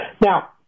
Now